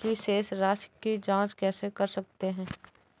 की शेष राशि की जाँच कैसे कर सकते हैं?